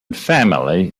family